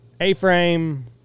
A-frame